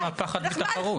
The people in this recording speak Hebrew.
אבל למה הפחד מתחרות?